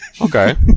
Okay